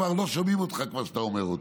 כבר לא שומעים אותך כשאתה אומר אותם.